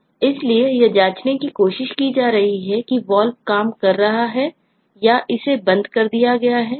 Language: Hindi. इसलिए यह जांचने की कोशिश की जा रही है कि Valve काम कर रहा है या इसे बंद कर दिया गया है